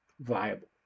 viable